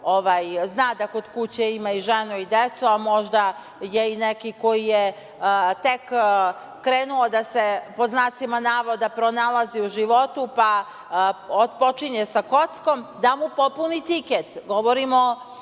zna da kod kuće ima i ženu i decu, a možda je i neki koji je tek krenuo da se, pod znacima navoda, pronalazi u životu, pa otpočinje sa kockom, da mu popuni tiket,